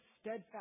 steadfast